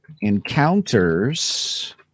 encounters